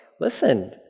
listen